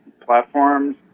platforms